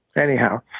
anyhow